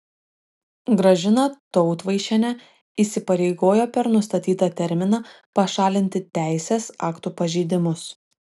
gražiną tautvaišienę įpareigojo per nustatytą terminą pašalinti teisės aktų pažeidimus